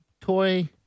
toy